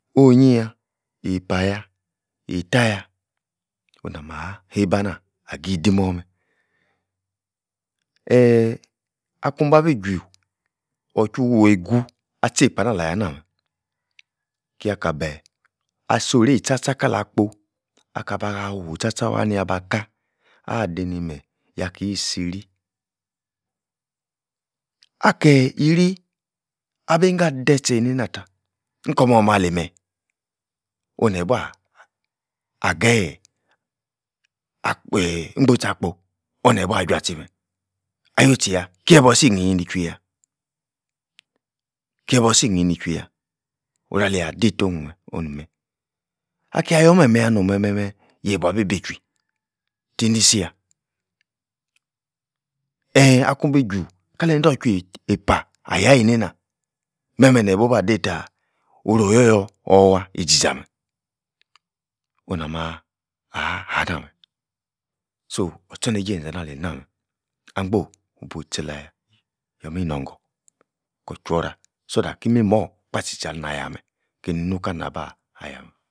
Onyi-yah, eipaj-yah, eitah-yah, onah-mah heiba nah ahi-dimor-meh eeeh, akun bah-bi ju ochuwei-gu, tcheipah anh alah-yah nah-meh, kia-ka beh asoreiyi tcha-tcha kala-kpo akaba hafu tcha-tcha wah niaba kah, adei-ni meyi yah-ki siri ageh-yiri abi-ingo ah deh tse eina-nah, tah inkor-mor-meh ali-meh, oniebuah ageh, akpeeh-ingbitchi-akpo, ohn-nie-buah jwuah tchi meh ah-you-tchi yah kiebuor ai-nihn indichwui-yah kiebuor sinhi ni-chwui-yah, oru-alia deito'hn meh onu-meh akia-yor meh-meh-yah no'hm meh-meh, yebuor abi-bi-chwui, ti-nsi yah eeeeh akun-bi ju, kalei-endoch-weipah-ayah-eineinah, meh-meh neh-bu-buah deitah oro-yor-yor or-wor-wah izizah meh, onahmah ahanameh so-or-tchorneije enzanah-ali-nah-meh, ankpo-obu-tchi la-yah yomi-norn-gor kor-jwor-orah so-taht ki-imimor kpah tchi-tchi alei anh-yah-meh keini-nu kalie-nah bah ah-yah meh